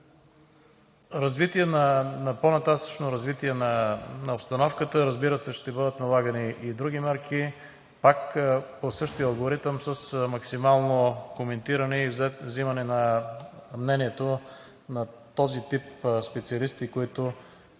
ниво. В по-нататъшното развитие на обстановката, разбира се, ще бъдат налагани и други мерки, пак по същия алгоритъм, с максимално коментиране и взимане на мнението на този тип специалисти, които